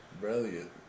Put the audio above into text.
Brilliant